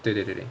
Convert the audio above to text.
对对对对